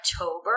October